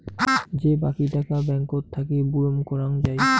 যে বাকী টাকা ব্যাঙ্কত থাকি বুরুম করং যাই